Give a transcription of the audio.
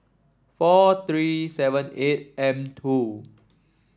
four three seven eight M two